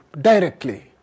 directly